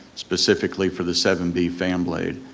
specifically for the seven b fan blade.